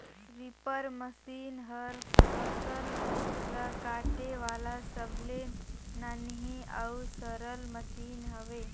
reaper machine हर फसल ल काटे वाला सबले नान्ही अउ सरल मसीन हवे